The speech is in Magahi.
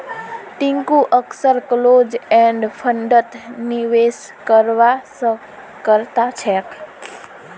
टिंकू अक्सर क्लोज एंड फंडत निवेश करवा स कतरा छेक